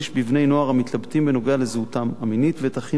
בבני-נוער המתלבטים בנוגע לזהותם המינית ואת החינוך